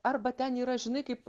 arba ten yra žinai kaip